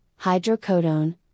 hydrocodone